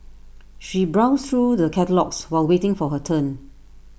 she browsed through the catalogues while waiting for her turn